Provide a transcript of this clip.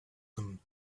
them